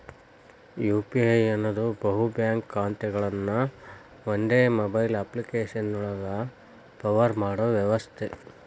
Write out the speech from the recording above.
UPI ಅನ್ನೋದ್ ಬಹು bank ಖಾತೆಗಳನ್ನ ಒಂದೇ ಮೊಬೈಲ್ ಅಪ್ಪ್ಲಿಕೆಶನ್ಯಾಗ ಪವರ್ ಮಾಡೋ ವ್ಯವಸ್ಥೆ